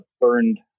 burned